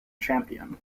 champion